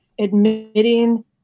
admitting